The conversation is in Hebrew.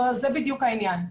זה בדיוק העניין.